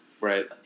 Right